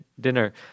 dinner